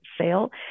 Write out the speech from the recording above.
Sale